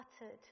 uttered